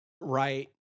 Right